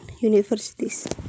universities